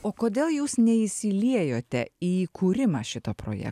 o kodėl jūs neįsiliejote į kūrimą šito proje